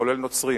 כולל נוצרים,